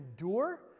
endure